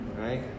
right